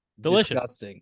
delicious